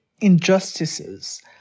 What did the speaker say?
injustices